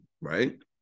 right